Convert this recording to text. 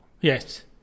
Yes